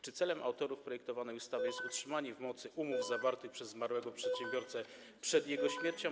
Czy celem autorów projektowanej ustawy jest utrzymanie w mocy umów zawartych przez zmarłego przedsiębiorcę przed jego śmiercią?